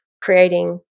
creating